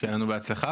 תודה רבה.